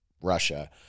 Russia